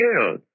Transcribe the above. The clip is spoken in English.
killed